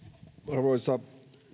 arvoisa